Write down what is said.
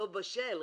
לא בשל,